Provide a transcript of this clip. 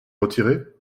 retiré